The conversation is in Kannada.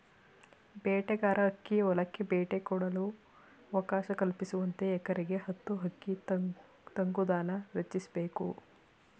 ಬೇಟೆಗಾರ ಹಕ್ಕಿ ಹೊಲಕ್ಕೆ ಭೇಟಿ ಕೊಡಲು ಅವಕಾಶ ಕಲ್ಪಿಸುವಂತೆ ಎಕರೆಗೆ ಹತ್ತು ಹಕ್ಕಿ ತಂಗುದಾಣ ರಚಿಸ್ಬೇಕು